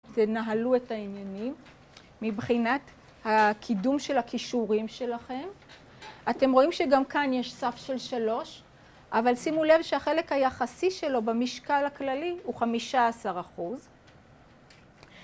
תנהלו את העניינים מבחינת הקידום של הכישורים שלכם, אתם רואים שגם כאן יש סף של שלוש, אבל שימו לב שהחלק היחסי שלו במשקל הכללי הוא 15%